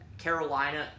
Carolina